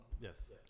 Yes